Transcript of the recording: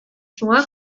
шуңа